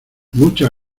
muchas